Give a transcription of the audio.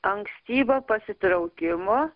ankstyvo pasitraukimo